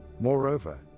Moreover